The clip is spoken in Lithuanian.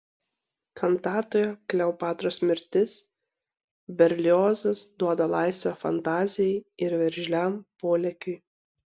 kantatoje kleopatros mirtis berliozas duoda laisvę fantazijai ir veržliam polėkiui